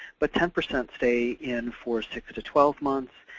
but ten percent stay in for six to twelve months,